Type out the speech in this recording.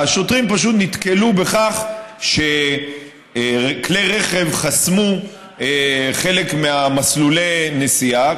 השוטרים פשוט נתקלו בכך שכלי רכב חסמו חלק ממסלולי נסיעה.